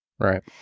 Right